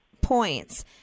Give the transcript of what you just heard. points